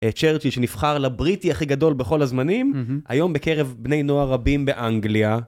צ'רצ'י שנבחר לבריטי הכי גדול בכל הזמנים היום בקרב בני נוער רבים באנגליה.